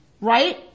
Right